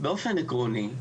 באופן עקרוני,